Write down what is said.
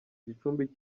gicumbi